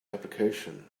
application